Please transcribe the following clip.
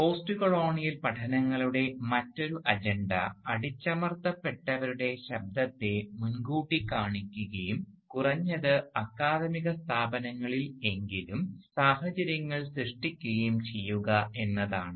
postcolonial പഠനങ്ങളുടെ മറ്റൊരു agenda അടിച്ചമർത്തപ്പെട്ടവരുടെ ശബ്ദത്തെ മുൻകൂട്ടി കാണിക്കുകയും കുറഞ്ഞത് അക്കാദമിക് സ്ഥാപനങ്ങളിൽ എങ്കിലും സാഹചര്യങ്ങൾ സൃഷ്ടിക്കുകയും ചെയ്യുക എന്നതാണ്